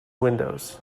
windows